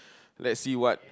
let's see what